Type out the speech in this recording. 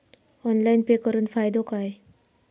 Online pay करुन फायदो काय?